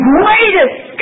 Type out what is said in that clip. greatest